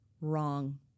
wrong